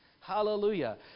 Hallelujah